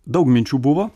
daug minčių buvo